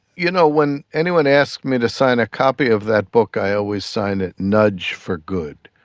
you know when anyone asks me to sign a copy of that book i always sign it nudge for good.